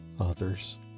others